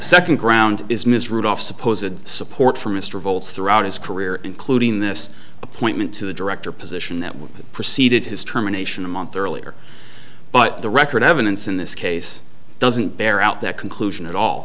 second ground is miss rudolph supposedly support for mr volts throughout his career including this appointment to the director position that would preceded his terminations a month earlier but the record evidence in this case doesn't bear out that conclusion at all